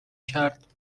کرد